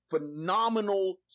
phenomenal